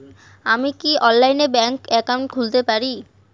আমি কি অনলাইনে ব্যাংক একাউন্ট খুলতে পারি?